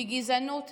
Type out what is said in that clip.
מגזענות,